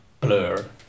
blur